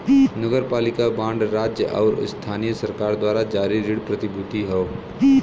नगरपालिका बांड राज्य आउर स्थानीय सरकार द्वारा जारी ऋण प्रतिभूति हौ